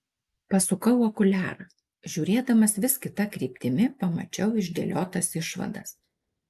pasukau okuliarą žiūrėdamas vis kita kryptimi pamačiau išdėliotas išvadas